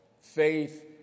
faith